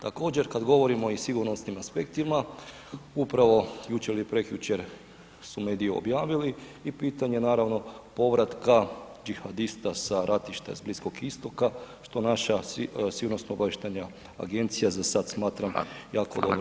Također kad govorimo i o sigurnosnim aspektima, upravo jučer ili prekjučer su mediji objavili i pitanje naravno povratka džihadista sa ratišta s Bliskog Istoka, što naša sigurnosno obavještajna agencija za sad smatram [[Upadica: Hvala, hvala g. Stričak]] jako dobro … [[Govornik se ne razumije]] Hvala.